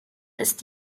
ist